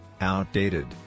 outdated